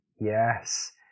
yes